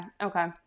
okay